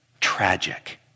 tragic